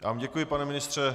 Já vám děkuji, pane ministře.